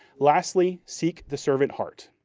lastly, seek the servant heart.